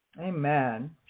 Amen